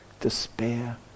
despair